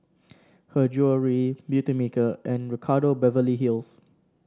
Her Jewellery Beautymaker and Ricardo Beverly Hills